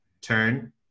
turn